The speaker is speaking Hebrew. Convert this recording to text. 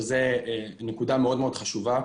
שזה נקודה מאוד חשובה,